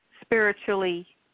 spiritually